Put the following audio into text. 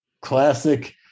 classic